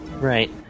Right